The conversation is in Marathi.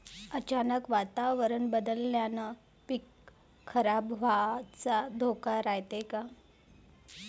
अचानक वातावरण बदलल्यानं पीक खराब व्हाचा धोका रायते का?